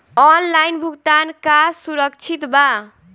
Online भुगतान का सुरक्षित बा?